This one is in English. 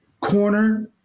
corner